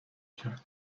کرد